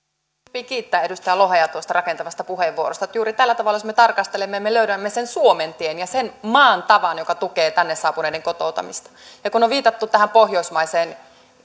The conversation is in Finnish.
sopii kiittää edustaja lohea tuosta rakentavasta puheenvuorosta juuri tällä tavalla jos me tarkastelemme me me löydämme sen suomen tien ja sen maan tavan joka tukee tänne saapuneiden kotoutumista kun on viitattu tähän pohjoismaiseen